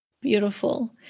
beautiful